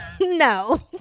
no